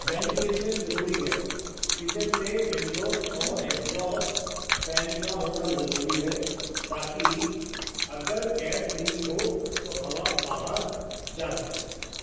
ventilation ضروری ہے kitchen میں ونڈوز اور ایگزاسٹ فین کا ہونا ضروری ہے تاکہ اگر گیس لیک ہو تو ہوا باہر جا سکے